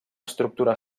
estructura